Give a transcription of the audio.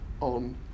on